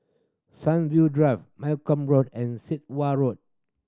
Sunview Drive Malcom Road and Sit Wah Road